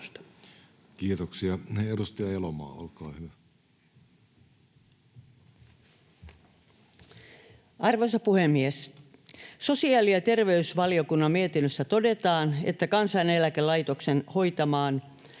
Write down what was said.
Time: 13:21 Content: Arvoisa puhemies! Sosiaali- ja terveysvaliokunnan mietinnössä todetaan, että Kansaneläkelaitoksen hoitaman